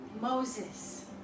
Moses